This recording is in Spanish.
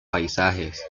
paisajes